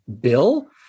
bill